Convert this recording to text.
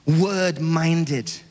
word-minded